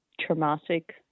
traumatic